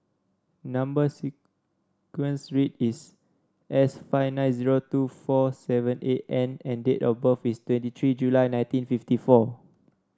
number sequence is S five nine zero two four seven eight N and date of birth is twenty three July nineteen fifty four